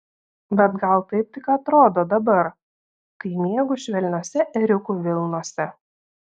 bet gal taip tik atrodo dabar kai miegu švelniose ėriukų vilnose